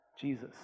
Jesus